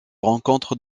rencontre